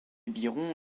biron